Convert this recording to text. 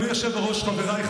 אני אקרא לך פה "חבר הכנסת".